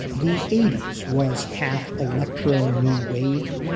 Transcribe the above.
the eighty s was half electro new wave